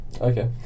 Okay